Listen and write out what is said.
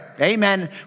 Amen